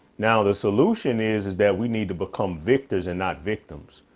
now the solution is is that we need to become victors and not victims.